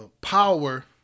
power